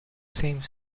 same